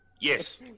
Yes